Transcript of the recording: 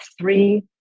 three